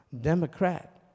Democrat